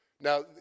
Now